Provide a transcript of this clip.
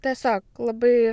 tiesiog labai